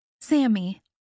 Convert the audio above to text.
Sammy